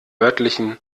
örtlichen